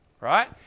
right